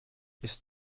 ist